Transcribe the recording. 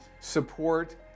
support